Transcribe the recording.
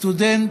כסטודנט,